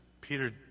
Peter